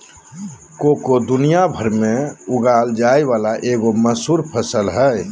cocoa दुनिया भर में उगाल जाय वला एगो मशहूर फसल हइ